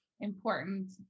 important